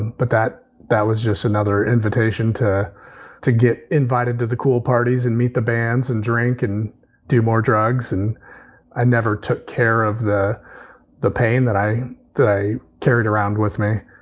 but that that was just another invitation to to get invited to the cool parties and meet the bands and drink and do more drugs. and i never took care of the the pain that i that i carried around with me.